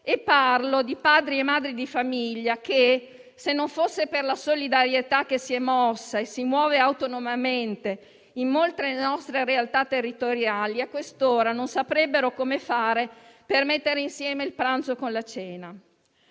Parlo di padri e madri di famiglia che, se non fosse per la solidarietà che si è mossa e si muove autonomamente in molte nostre realtà territoriali, a quest'ora non saprebbero come fare per mettere insieme il pranzo con la cena.